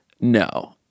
no